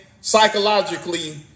psychologically